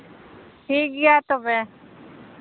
ᱴᱷᱤᱠ ᱜᱮᱭᱟ ᱛᱚᱵᱮ